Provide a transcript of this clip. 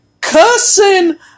cussing